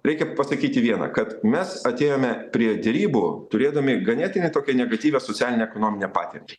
reikia pasakyti vieną kad mes atėjome prie derybų turėdami ganėtinai tokią negatyvią socialinę ekonominę patirtį